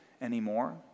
anymore